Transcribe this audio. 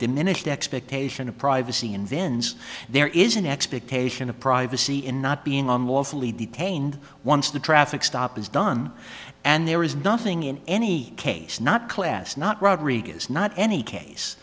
diminished expectation of privacy and then says there is an expectation of privacy in not being on walls only detained once the traffic stop is done and there is nothing in any case not class not rodriquez not any case